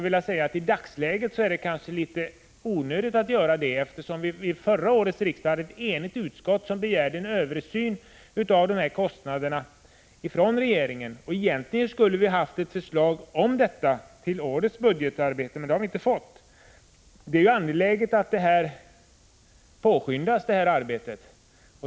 I dagsläget är det kanske litet onödigt att göra det, eftersom ett enigt utskott vid förra årets riksdag begärde att regeringen skulle låta göra en översyn av dessa kostnader. Egentligen skulle vi ha fått ett förslag i det här avseendet till årets budgetarbete, men det har vi inte fått. Det är angeläget att detta arbete påskyndas.